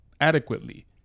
adequately